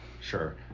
Sure